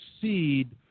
seed